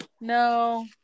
No